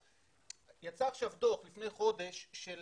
יצא דוח לפני חודש של